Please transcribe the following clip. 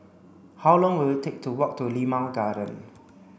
how long will it take to walk to Limau Garden